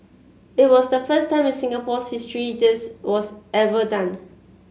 it was the first time in Singapore's history this was ever done